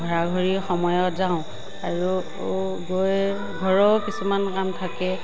ঘৰা ঘৰি সময়ত যাওঁ আৰু গৈ ঘৰৰো কিছুমান কাম থাকে